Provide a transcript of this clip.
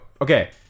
okay